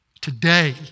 today